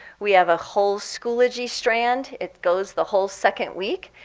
we have a whole schoology strand. it goes the whole second week.